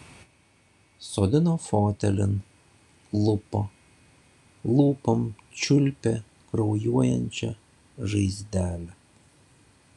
sodino fotelin klupo lūpom čiulpė kraujuojančią žaizdelę